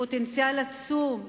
פוטנציאל עצום,